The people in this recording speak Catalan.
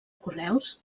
correus